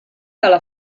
dalla